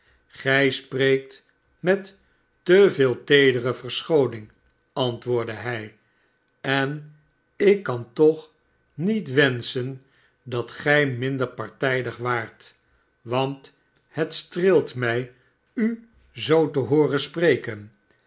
sgij spreekt met te veel teedere verschooning antwoordde hij en ik kan toch niet wenschen dat gij minder partijdig waart want het streelt mij u zoo te hooren spreken